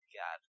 god